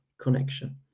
connection